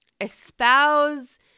espouse